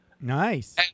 Nice